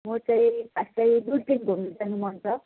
म चाहिँ खास चाहिँ दुर्पिन घुम्नु जानु मन छ